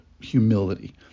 humility